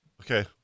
Okay